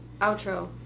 outro